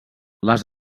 les